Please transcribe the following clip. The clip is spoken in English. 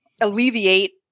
alleviate